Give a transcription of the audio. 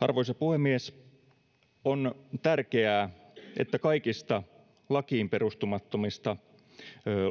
arvoisa puhemies on tärkeää että kaikista lakiin perustumattomista